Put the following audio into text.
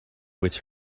with